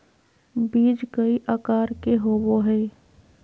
बीज कई आकार के होबो हइ